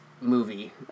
movie